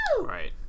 Right